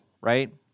right